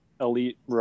elite